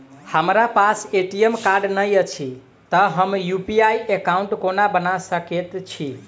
हमरा पास ATM card नहि अछि तए हम यु.पी.आई एकॉउन्ट कोना बना सकैत छी